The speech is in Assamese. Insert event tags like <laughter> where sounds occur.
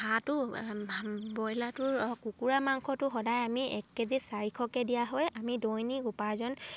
<unintelligible> ব্ৰইলাৰটোৰ কুকুৰা মাংসটো সদায় আমি এক কেজি চাৰিশকে দিয়া হয় আমি দৈনিক উপাৰ্জন